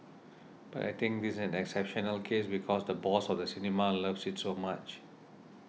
but I think this is an exceptional case because the boss of the cinema loves it so much